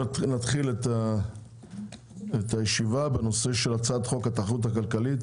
נתחיל את הישיבה בנושא של הצעת חוק התחרות הכלכלית